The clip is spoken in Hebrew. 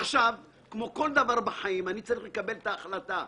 כמו כל דבר בחיים, אני צריך לקבל החלטה,